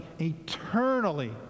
eternally